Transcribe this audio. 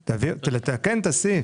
נתקן את הסעיף.